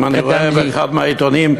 אם אני רואה שבאחד העיתונים,